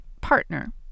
partner